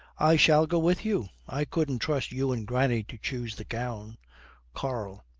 i shall go with you, i couldn't trust you and granny to choose the gown karl.